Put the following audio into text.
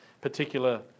particular